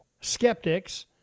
Skeptics